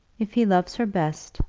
if he loves her best,